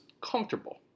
comfortable